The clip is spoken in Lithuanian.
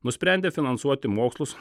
nusprendė finansuoti mokslus